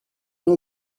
know